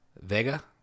Vega